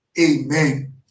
Amen